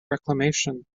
reclamation